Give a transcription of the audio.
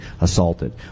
assaulted